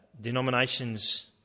denominations